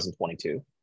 2022